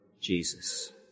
Jesus